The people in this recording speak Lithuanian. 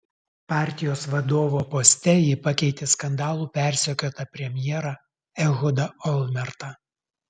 partijos vadovo poste ji pakeitė skandalų persekiotą premjerą ehudą olmertą